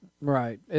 Right